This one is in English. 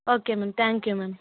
okay ma'am thank you ma'am